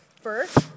First